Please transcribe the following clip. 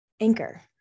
Anchor